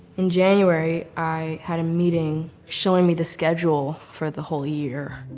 in january, i had a meeting showing me the schedule for the whole year